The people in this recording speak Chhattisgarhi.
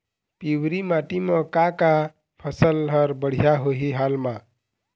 पिवरी माटी म का का फसल हर बढ़िया होही हाल मा?